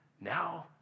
Now